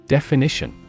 Definition